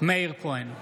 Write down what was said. מאיר כהן,